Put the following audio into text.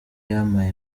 yampaye